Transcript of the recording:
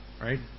right